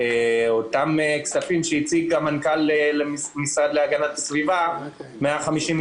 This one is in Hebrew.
אתמול הייתה ישיבה בנושא השתתפות באמצעות Zoom